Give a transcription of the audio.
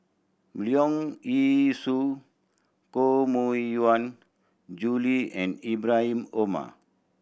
Leong Yee Soo Koh Mui Hiang Julie and Ibrahim Omar